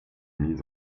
mis